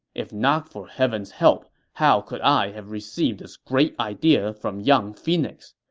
if not for heaven's help, how could i have received this great idea from young phoenix?